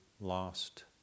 lost